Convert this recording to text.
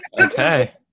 Okay